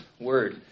word